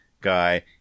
guy